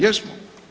Jesmo.